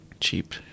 Cheap